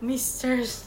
missus